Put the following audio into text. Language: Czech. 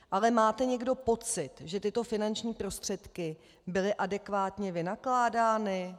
Ale máte někdo pocit, že tyto finanční prostředky byly adekvátně vynakládány?